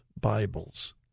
Bibles